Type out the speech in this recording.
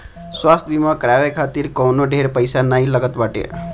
स्वास्थ्य बीमा करवाए खातिर कवनो ढेर पईसा भी नाइ लागत बाटे